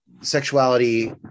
sexuality